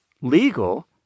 legal